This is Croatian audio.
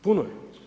Puno je.